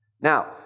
Now